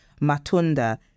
matunda